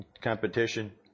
competition